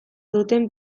duten